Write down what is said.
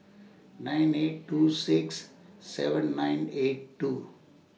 nine eight two six seven nine eight two